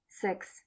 six